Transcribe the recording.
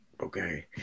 Okay